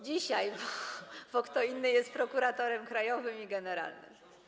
Dzisiaj, bo kto inny jest prokuratorem krajowym, a kto inny generalnym.